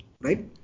right